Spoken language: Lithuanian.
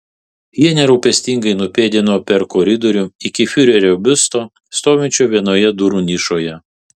jie nerūpestingai nupėdino per koridorių iki fiurerio biusto stovinčio vienoje durų nišoje